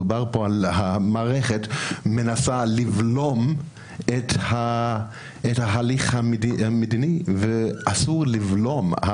מדובר כאן על כך שהמערכת מנסה לבלום את ההליך המדיני ואסור לבלום.